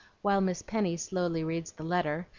while miss penny slowly reads the letter,